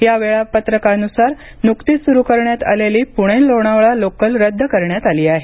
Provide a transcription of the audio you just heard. या वेळा पत्रकानुसार नुकतीच सुरू करण्यात आलेली पुणे लोणावळा लोकल रद्द करण्यात आली आहे